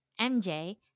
MJ